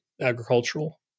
agricultural